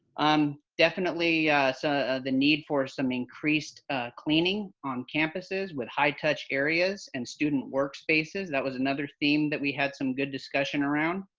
um definitely ah the need for some increased cleaning on campuses with high-touch areas and student work spaces. that was another theme that we had some good discussion around.